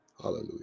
Hallelujah